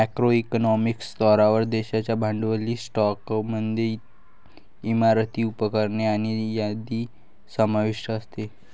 macro economic स्तरावर, देशाच्या भांडवली स्टॉकमध्ये इमारती, उपकरणे आणि यादी समाविष्ट असते